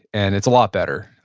and it's a lot better.